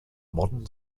modern